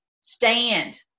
Stand